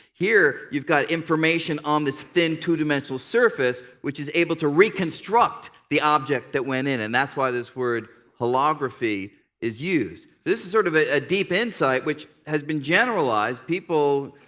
here, you've got information on this thin two-dimensional surface, which is able to reconstruct the object that went in. and that's why this word holography is used. so this is sort of a deep insight which has been generalized. people,